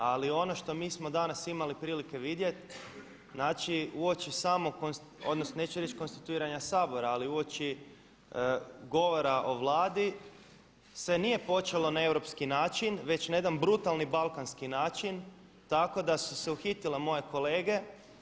Ali ono što mi smo danas imali prilike vidjeti znači uoči samog konstituiranja, odnosno neću reći konstituiranja Sabora, ali uoči govora o Vladi se nije počelo na europski način već na jedan brutalni balkanski način tako da su se uhitile moje kolege.